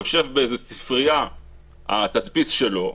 יושב באיזו ספריה התדפיס שלו.